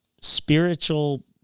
spiritual